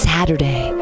Saturday